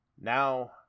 Now